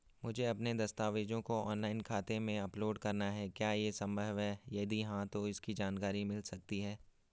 मुझे अपने दस्तावेज़ों को ऑनलाइन खाते में अपलोड करना है क्या ये संभव है यदि हाँ तो इसकी जानकारी मिल सकती है?